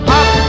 up